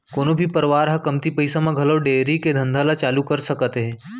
कोनो भी परवार ह कमती पइसा म घलौ डेयरी के धंधा ल चालू कर सकत हे